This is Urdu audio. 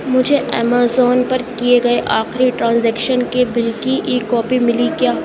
مجھے ایمیزون پر کیے گئے آخری ٹرانزیکشن کے بل کی ای کاپی ملی کیا